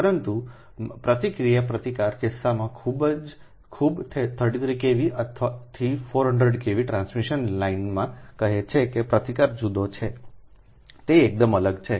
પરંતુ માં પ્રતિક્રિયા પ્રતિકાર કિસ્સામાં ખૂબ 33 KV થી 400 KV ટ્રાન્સમિશન લાઇનમાં કહે છે કે પ્રતિકાર જુદો છે તે એકદમ અલગ છે